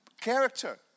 character